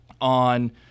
on